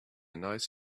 nice